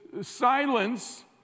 silence